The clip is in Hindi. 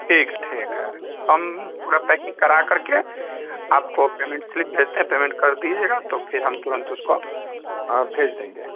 ठीक है ठीक है हम पूरा पैकिंग करा करके आपको पेमेंट स्लिप भेजते हैं पेमेंट कर दीजिएगा तो फिर हम तुरंत उसको भेज देंगे